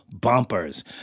bumpers